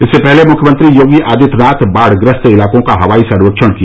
इससे पहले मुख्यमंत्री योगी आदित्यनाथ बाढ़ग्रस्त इलाकों का हवाई सर्वेक्षण किया